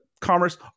commerce